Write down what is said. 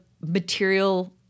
material